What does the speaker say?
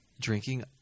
Drinking